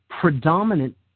predominant